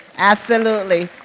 absolutely.